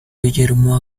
guillermo